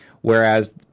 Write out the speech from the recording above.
whereas